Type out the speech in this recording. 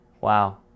Wow